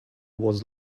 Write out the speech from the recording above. was